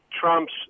Trump's